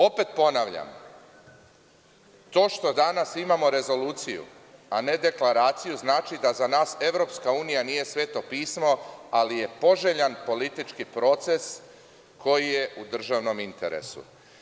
Opet ponavljam, to što danas imamo rezoluciju, a ne deklaraciju, znači da za nas EU nije Sveto pismo, ali je poželjan politički proces koji je u državnom interesu.